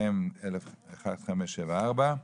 מ/1574.